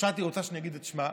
ראשת עיר רוצה שאני אגיד את שמה.